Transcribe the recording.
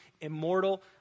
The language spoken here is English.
immortal